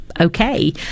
okay